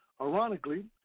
Ironically